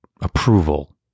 approval